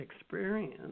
experience